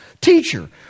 Teacher